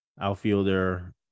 outfielder